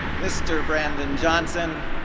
mr. brandon johnson,